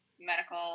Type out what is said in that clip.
medical